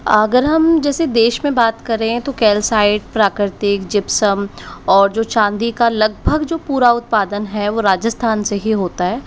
आगर हम जैसे देश में बात करें तो कैल्साइट प्राकृतिक जिप्सम और जो चांदी का लगभग जो पूरा उत्पादन है वो राजस्थान से ही होता है